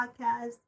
podcast